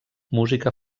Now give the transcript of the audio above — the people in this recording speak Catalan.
música